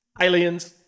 Aliens